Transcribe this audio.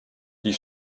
die